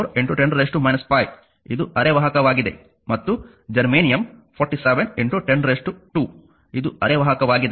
410 5 ಇದು ಅರೆವಾಹಕವಾಗಿದೆ ಮತ್ತು ಜರ್ಮೇನಿಯಮ್ 4710 2 ಇದು ಅರೆವಾಹಕವಾಗಿದೆ